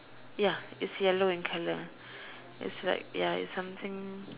ya it's yellow in color it's like ya it's something